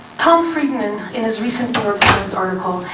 tom friedman, in his recent new york times article,